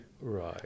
Right